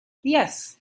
yes